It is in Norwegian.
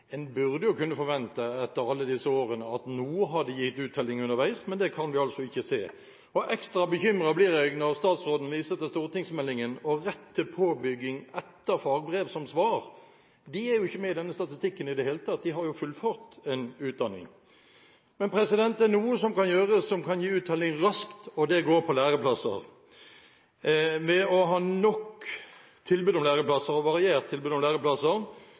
En burde jo kunne forvente etter alle disse årene at noe hadde gitt uttelling underveis – men det kan vi altså ikke se. Ekstra bekymret blir jeg når statsråden viser til stortingsmeldingen og elevenes rett til påbygging etter fagbrev som svar. De er jo ikke med i denne statistikken i det hele tatt, de har jo fullført en utdanning. Men det er noe som kan gjøres som kan gi uttelling raskt, og det går på læreplasser. Ved å ha nok tilbud om læreplasser og variert tilbud om læreplasser